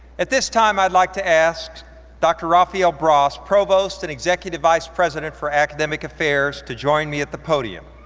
at this time i'd like to ask dr. rafael bras, provost and executive vice president for academic affairs, to join me at the podium.